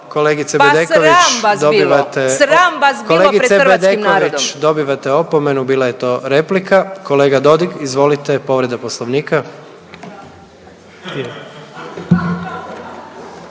Kolegice Bedeković dobivate opomenu bila je to replika. Kolega Dodig izvolite povreda poslovnika.